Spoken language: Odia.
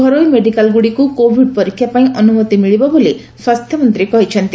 ଘରୋଇ ମେଡିକାଲ୍ଗୁଡ଼ିକୁ କୋଭିଡ୍ ପରୀକ୍ଷା ପାଇଁ ଅନୁମତି ମିଳିବ ବୋଲି ସ୍ୱାସ୍ଥ୍ୟମନ୍ତୀ କହିଛନ୍ତି